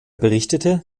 berichtete